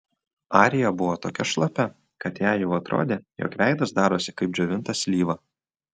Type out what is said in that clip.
arija buvo tokia šlapia kad jai jau atrodė jog veidas darosi kaip džiovinta slyva